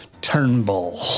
Turnbull